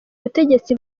butegetsi